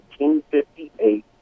1958